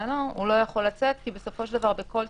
הוא לא יכול לצאת כי בכל תהליך